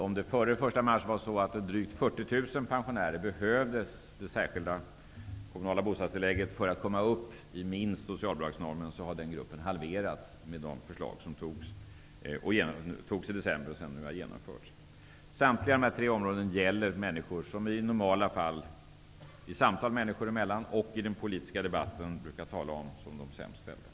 Om det före den 1 mars var drygt 40 000 pensionärer som behövde det särskilda kommunala bostadstillägget för att komma upp i minst socialbidragsnormen har den gruppen halverats genom det beslut som fattades i december och som nu har genomförts. Samtliga dessa tre områden gäller människor som man i normala fall -- i samtal människor emellan och i den politiska debatten -- brukar tala om som de sämst ställda.